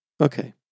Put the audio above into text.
Okay